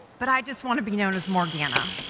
but i just want to be known as morgana,